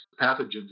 pathogens